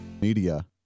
Media